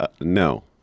no